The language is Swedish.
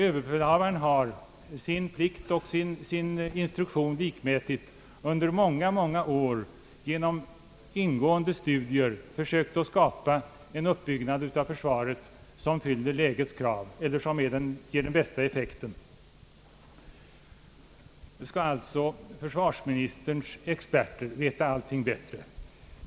Överbefälhavaren har — sin plikt och sin instruktion likmätigt — under många, många år genom ingående studier försökt att skapa en uppbyggnad av försvaret som fyller lägets krav och som ger den bästa effekten av anslagen. Vet försvarsministerns experter bättre?